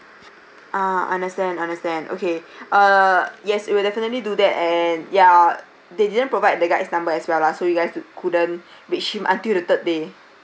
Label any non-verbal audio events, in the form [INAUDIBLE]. ah understand understand okay [BREATH] uh yes we will definitely do that and ya they didn't provide the guy's number as well lah so you guys couldn't reach him until the third day